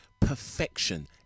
perfection